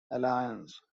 alliance